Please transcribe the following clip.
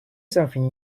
something